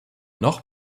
noch